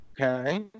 Okay